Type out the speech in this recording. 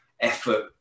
effort